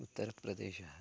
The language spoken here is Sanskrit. उत्तरप्रदेशः